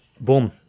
boom